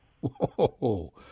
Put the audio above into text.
Whoa